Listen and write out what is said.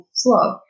slow